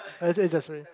like I say it just mean